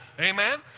Amen